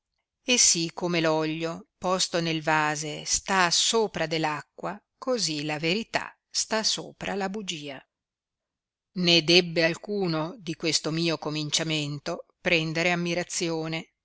e si come oglio posto nel vase sta sopra de acqua così la verità sta sopra la bugia né debbe alcuno di questo mio cominciamento prendere ammirazione